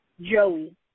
Joey